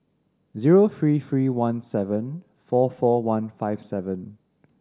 zero three three one seven four four one five seven